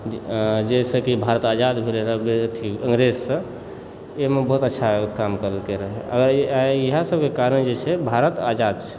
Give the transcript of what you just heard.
जाहिसँ कि भारत आजाद भेल रहै अथी अङ्ग्रेजसँ ओइमे बहुत अच्छा काज कयलकै रहै आइ इएह सबके कारण जे छै भारत आजाद छै